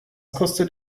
kostet